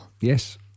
Yes